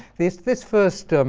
this this first